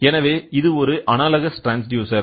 எனவே இது ஒரு அனலாகஸ் ட்ரான்ஸ்டியூசர்